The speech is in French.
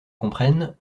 comprennent